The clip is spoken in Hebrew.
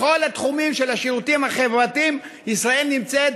בכל התחומים של השירותים החברתיים ישראל נמצאת